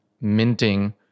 minting